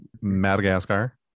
Madagascar